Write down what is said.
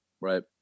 Right